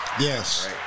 Yes